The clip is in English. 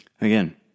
again